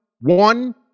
one